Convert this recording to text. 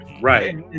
Right